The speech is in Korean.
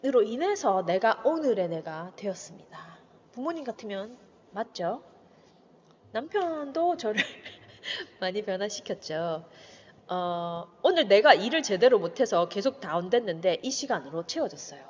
으로 인해서 내가 오늘의 내가 되었습니다. 부모님 같으면 맞죠? 남편도 저를 많이 변화시켰죠. 어, 오늘 내가 일을 제대로 못해서 계속 다운됐는데 이 시간으로 채워졌어요.